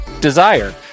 Desire